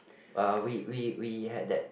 uh we we we had that